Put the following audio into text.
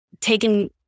taken